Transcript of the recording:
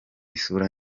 isura